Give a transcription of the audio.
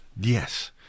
Yes